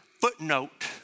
footnote